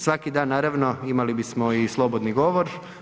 Svaki dan naravno imali bismo i slobodni govor.